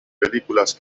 películas